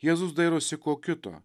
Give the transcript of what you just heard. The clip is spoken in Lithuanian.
jėzus dairosi ko kito